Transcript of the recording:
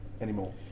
anymore